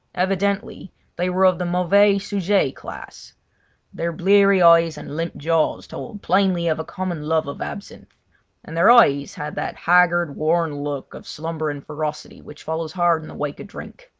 evidently they were of the mauvais sujet class their bleary eyes and limp jaws told plainly of a common love of absinthe and their eyes had that haggard, worn look of slumbering ferocity which follows hard in the wake of drink.